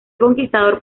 conquistador